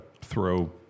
throw